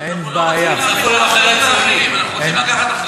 הם הצטרפו למחנה הציוני, אנחנו רוצים לקחת אחריות.